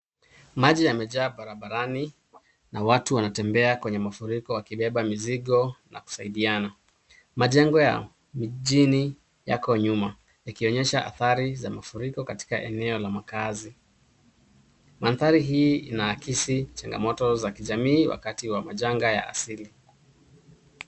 Maji yamejaa barabarani na watu wanatembea kwenye mafuriko wakibeba mizigo na kusaidiana. Majengo ya mijini yako nyuma yakionyesha athari za mafuriko katika eneo la makazi. Mandhari hii inaakisi changamoto za kijamii wakati wa majanga ya asili.